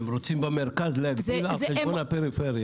הם רוצים להגדיל במרכז על חשבון הפריפריה.